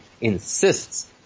insists